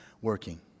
working